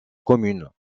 commune